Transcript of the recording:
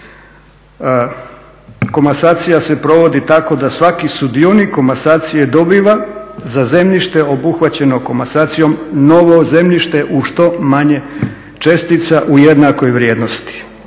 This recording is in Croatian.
Komasacija se provodi tako da svaki sudionik komasacije dobiva za zemljište obuhvaćeno komasacijom novo zemljište u što manje čestica u jednakoj vrijednosti